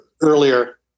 earlier